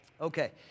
Okay